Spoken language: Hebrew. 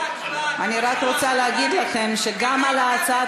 אני רק רוצה להגיד לכם שגם על הצעת